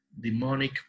demonic